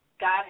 God